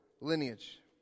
lineage